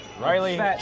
Riley